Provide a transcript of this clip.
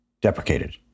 deprecated